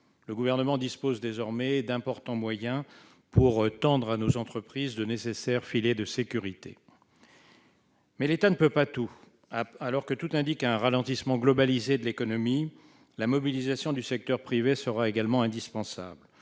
Le Gouvernement dispose désormais d'importants moyens pour tendre à nos entreprises de nécessaires filets de sécurité. Mais l'État ne peut pas tout. Alors que tout indique un ralentissement globalisé de l'économie, la mobilisation du secteur privé sera également indispensable